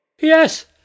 Yes